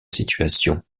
situation